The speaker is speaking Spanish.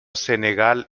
senegal